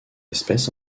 espèce